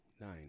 nine